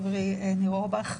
חברי ניר אורבך,